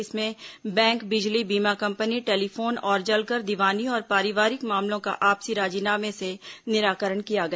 इसमें बैंक बिजली बीमा कंपनी टेलीफोन और जलकर दीवानी और पारिवारिक मामलों का आपसी राजीनामे से निराकरण किया गया